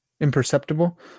imperceptible